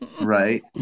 right